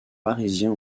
parisien